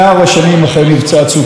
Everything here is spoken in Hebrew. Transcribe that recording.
אחרי מבצע צוק איתן,